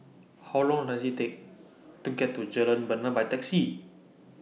How Long Does IT Take to get to Jalan Bena By Taxi